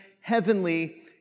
heavenly